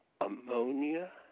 ammonia